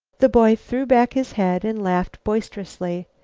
the boy threw back his head and laughed boisterously.